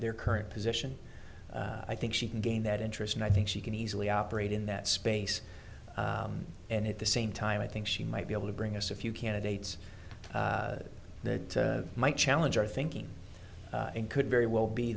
their current position i think she can gain that interest and i think she can easily operate in that space and at the same time i think she might be able to bring us a few candidates that might challenge our thinking and could very well be